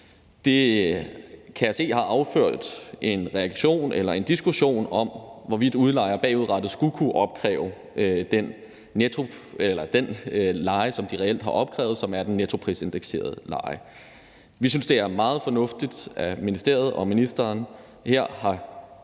Det kan jeg se har affødt en diskussion om, hvorvidt udlejere bagudrettet skulle kunne opkræve den leje, som de reelt har opkrævet, og som er den nettoprisindekserede leje. Vi synes, det er meget fornuftigt, at ministeriet og ministeren her har